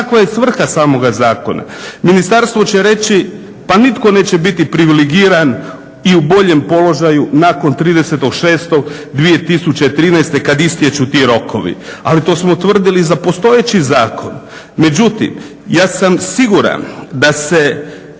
Kakva je svrha samoga zakona? Ministarstvo će reći pa nitko neće biti privilegiran i u boljem položaju nakon 30.6.2013. kad istječu ti rokovi, ali to smo tvrdili i za postojeći zakon. Međutim, ja sam siguran da se